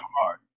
hard